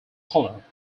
colour